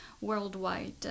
worldwide